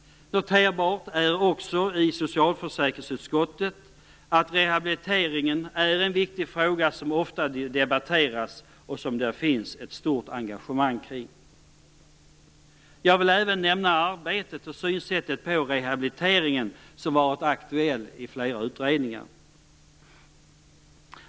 Noterbart är också i socialförsäkringsutskottet att rehabiliteringen är en viktig fråga som ofta debatteras och som det finns ett stort engagemang i. Jag vill även nämna det sätt att arbeta med och se på rehabilitering som varit aktuellt i flera utredningar.